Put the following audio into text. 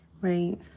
right